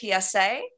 PSA